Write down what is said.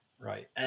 right